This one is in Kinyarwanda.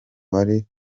wari